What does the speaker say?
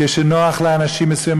כשנוח לאנשים מסוימים,